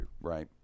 right